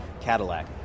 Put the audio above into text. cadillac